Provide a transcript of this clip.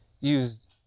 use